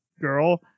girl